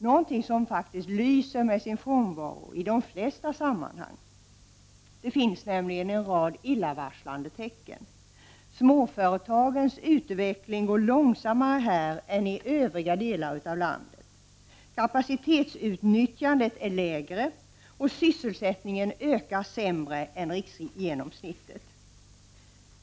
Det är något som lyser med sin frånvaro i de flesta sammanhang. Det finns nämligen en rad illavarslande tecken. Småföretagens utveckling går långsammare här än i övriga delar av landet. Kapacitetsutnyttjandet är lägre, och sysselsättningen ökar sämre än riksgenomsnittet.